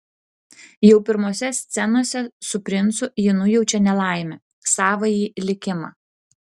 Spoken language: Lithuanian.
jau pirmose scenose su princu ji nujaučia nelaimę savąjį likimą